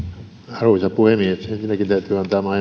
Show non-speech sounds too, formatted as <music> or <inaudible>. arvoisa puhemies ensinnäkin täytyy antaa maa <unintelligible>